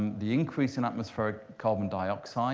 the increase in atmospheric carbon dioxide